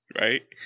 right